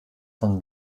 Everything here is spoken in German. von